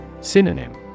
Synonym